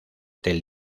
del